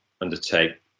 undertake